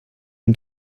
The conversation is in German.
ihm